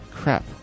Crap